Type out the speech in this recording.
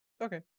Okay